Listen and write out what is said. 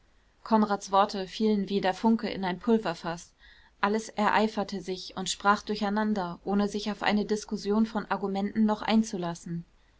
konrads worte fielen wie der funke in ein pulverfaß alles ereiferte sich und sprach durcheinander ohne sich auf eine diskussion von argumenten noch einzulassen